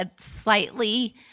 slightly